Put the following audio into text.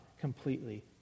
completely